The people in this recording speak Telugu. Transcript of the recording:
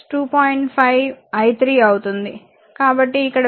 5 i 3 అవుతుంది కాబట్టి ఇక్కడ v1 అనేది 2